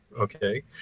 okay